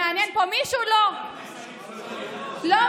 זה מעניין פה את מישהו?